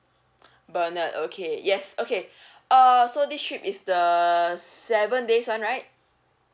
bernard okay yes okay uh so this trip is the seven days one right